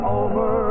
over